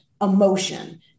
emotion